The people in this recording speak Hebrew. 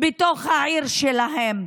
בתוך העיר שלהם,